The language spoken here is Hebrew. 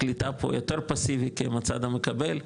הקליטה פה יותר פסיבית, כי הם הצד המקבל.